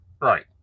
Right